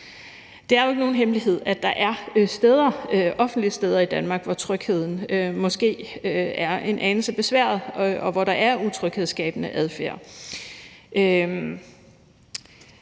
Det er jo ikke nogen hemmelighed, at der er offentlige steder i Danmark, hvor trygheden måske er en anelse besværet, og hvor der er utryghedsskabende adfærd.